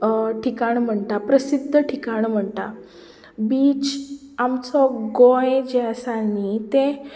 ठिकाण म्हणटा प्रसिध्द ठिकाण म्हणटा बीच आमचो गोंय जें आसा न्हय तें